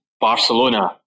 Barcelona